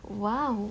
!wow!